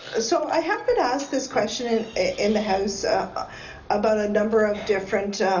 so i have been asked this question in in the house about a number of different